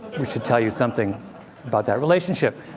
which should tell you something about that relationship.